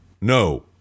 no